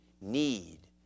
need